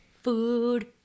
Food